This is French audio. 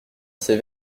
ces